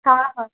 हा हा